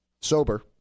sober